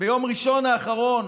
ביום ראשון האחרון,